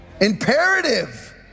Imperative